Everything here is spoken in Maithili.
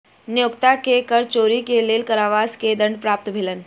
नियोक्ता के कर चोरी के लेल कारावास के दंड प्राप्त भेलैन